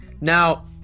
Now